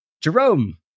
Jerome